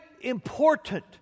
important